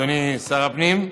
אדוני שר הפנים,